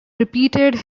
repeated